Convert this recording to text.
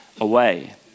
away